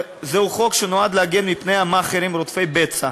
זהו חוק שנועד להגן מפני המאכערים, רודפי הבצע.